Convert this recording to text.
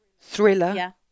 thriller